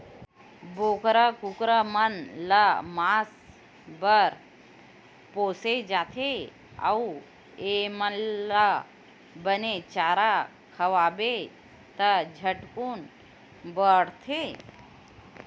बोकरा, कुकरा मन ल मांस बर पोसे जाथे अउ एमन ल बने चारा खवाबे त झटकुन बाड़थे